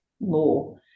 more